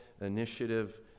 initiative